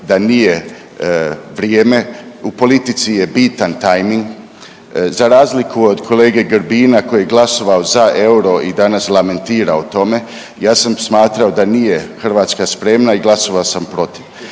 da nije vrijeme, u politici je bitan tajming. Za razliku od kolege Grbina koji je glasovao za euro i danas lamentira o tome ja sam smatrao da nije Hrvatska spremna i glasovao sam protiv.